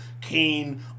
Kane